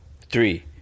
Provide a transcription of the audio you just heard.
Three